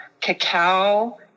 cacao